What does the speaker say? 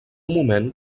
moment